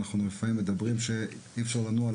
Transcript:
אנחנו לפעמים מדברים על כך שאי אפשר לנוע על